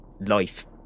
life